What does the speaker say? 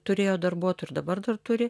turėjo darbuotojų ir dabar dar turi